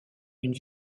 une